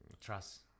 trust